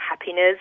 happiness